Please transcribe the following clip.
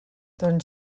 doncs